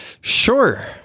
sure